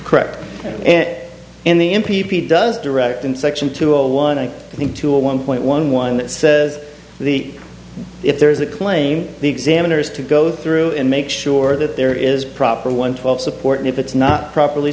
correct and in the in p p does direct in section two a one i think to a one point one one that says the if there is a claim the examiner has to go through and make sure that there is proper one twelve support and if it's not properly